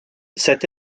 cette